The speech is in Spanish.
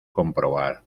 comprobar